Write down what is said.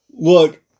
Look